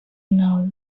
know